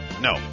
No